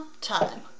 time